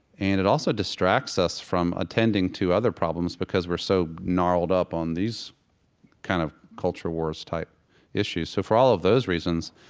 and it also distracts us from attending to other problems because we're so gnarled up on these kind of culture wars-type issues. so for all of those reasons,